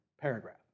Paragraph